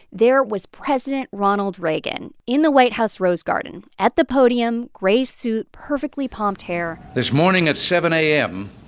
there was president ronald reagan in the white house rose garden, at the podium gray suit, perfectly pomped hair this morning at seven a m,